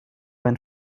ein